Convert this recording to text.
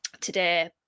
today